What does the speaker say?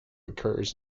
occurs